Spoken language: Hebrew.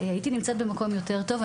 הייתי נמצאת במקום יותר טוב.